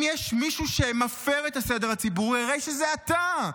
אם יש מישהו שמפר את הסדר הציבורי הרי שזה אתה,